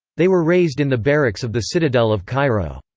they were raised in the barracks of the citadel of cairo.